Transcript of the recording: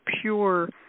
pure